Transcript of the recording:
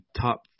top